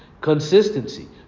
Consistency